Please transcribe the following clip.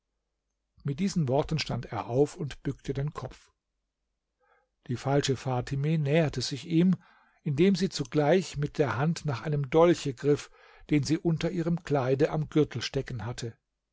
mit diesen worten stand er auf und bückte den kopf die falsche fatime näherte sich ihm indem sie zugleich mit der hand nach einem dolche griff den sie unter ihrem kleide am gürtel stecken hatte